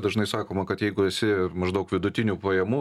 dažnai sakoma kad jeigu esi maždaug vidutinių pajamų